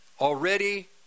already